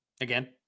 Again